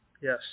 Yes